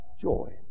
Joy